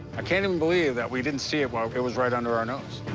i can't even believe that we didn't see it while it was right under our nose.